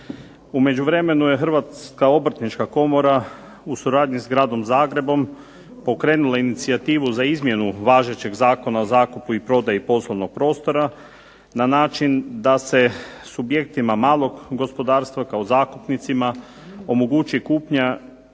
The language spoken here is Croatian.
U međuvremenu je Hrvatska obrtnička komora u suradnji sa Gradom Zagrebom pokrenula inicijativu za izmjenom važećeg Zakona o zakupu i prodaji poslovnog prostora na način da se subjektima malog gospodarstva kao zakupnicima omogući kupnja